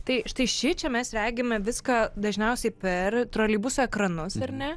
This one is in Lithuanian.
tai štai šičia mes regime viską dažniausiai per troleibuso ekranus ar ne